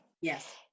Yes